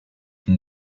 une